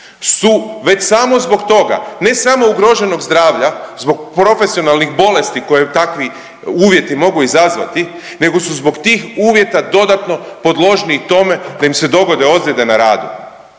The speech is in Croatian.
su već samo zbog toga ne samo ugroženog zdravlja zbog profesionalnih bolesti koje takvi uvjeti mogu izazvati, nego su zbog tih uvjeta dodatno podložni tome da im se dogode ozljede na radu